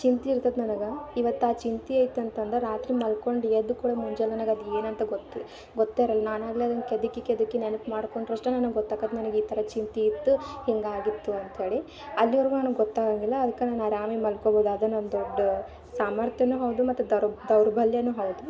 ಚಿಂತೆ ಇರ್ತೈತೆ ನನಗೆ ಇವತ್ತು ಆ ಚಿಂತೆ ಐತೆ ಅಂತಂದ್ರೆ ರಾತ್ರಿ ಮಲ್ಕೊಂಡು ಎದ್ದ ಕುಳೆ ಮುಂಜಾನ್ ನನಗೆ ಅದು ಏನಂತ ಗೊತ್ತೇ ಗೊತ್ತೇ ಇರಲ್ಲ ನಾನಾಗೇ ಅದನ್ನು ಕೆದಕಿ ಕೆದಕಿ ನೆನ್ಪು ಮಾಡ್ಕೊಂಡರಷ್ಟೇ ನನಗೆ ಗೊತ್ತಾಕತ್ತೆ ನನಗೆ ಈ ಥರ ಚಿಂತೆ ಇತ್ತು ಹೀಗಾಗಿತ್ತು ಅಂತ್ಹೇಳಿ ಅಲ್ಲಿವರೆಗೂ ನನಗೆ ಗೊತ್ತಾಗಂಗಿಲ್ಲ ಅದ್ಕೆ ನಾನು ಆರಾಮ ಮಲ್ಕೊಬೋದು ಅದು ನನ್ನ ದೊಡ್ಡ ಸಾಮರ್ಥ್ಯವೂ ಹೌದು ಮತ್ತು ದೌರ್ಬಲ್ಯವೂ ಹೌದು